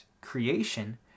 creation